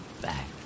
back